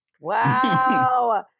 Wow